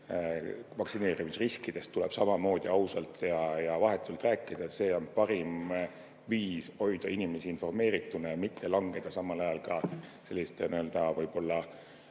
vaktsineerimisriskidest tuleb samamoodi ausalt ja vahetult rääkida. See on parim viis hoida inimesed informeerituna, aga vältida samal ajal selliste võib-olla